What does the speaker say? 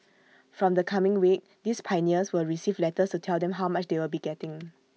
from the coming week these pioneers will receive letters to tell them how much they will be getting